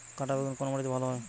কাঁটা বেগুন কোন মাটিতে ভালো হয়?